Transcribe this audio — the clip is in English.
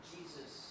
Jesus